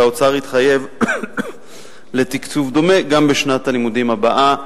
והאוצר התחייב לתקצוב דומה גם בשנת הלימודים הבאה,